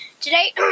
Today